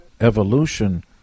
evolution